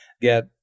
get